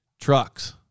trucks